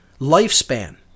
lifespan